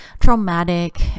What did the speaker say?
traumatic